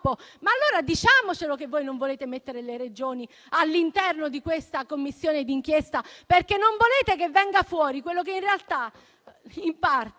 Ma allora diciamocelo che voi non volete inserire le Regioni all'interno di questa Commissione d'inchiesta, perché non volete che venga fuori quello che, in realtà, in parte,